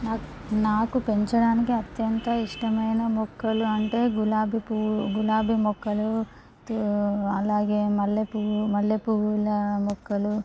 నాకు నాకు పెంచడానికి అత్యంత ఇష్టమైన మొక్కలు అంటే గులాబీ పువ్వు గులాబీ మొక్కలు అలాగే మల్లెపువ్వు మల్లెపువ్వుల మొక్కలు